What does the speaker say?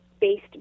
based